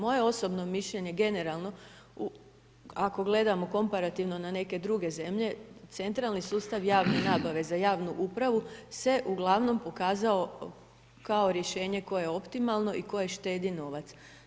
Moje osobno mišljenje generalno ako gledamo komparativno na neke druge zemlje, centralni sustav javne nabave za javnu upravu se uglavnom pokazao kao rješenje koje je optimalno i koje štedi novac.